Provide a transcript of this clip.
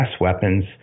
weapons